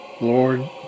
Lord